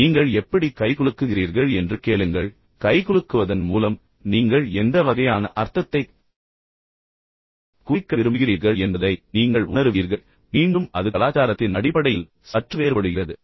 நீங்கள் எப்படி கைகுலுக்குகிறீர்கள் என்று கேளுங்கள் எனவே கைகுலுக்குவதன் மூலம் நீங்கள் எந்த வகையான அர்த்தத்தைக் குறிக்க விரும்புகிறீர்கள் என்பதை நீங்கள் உணருவீர்கள் மீண்டும் அது கலாச்சாரத்தின் அடிப்படையில் சற்று வேறுபடுகிறது